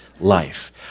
life